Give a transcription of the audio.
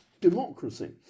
democracy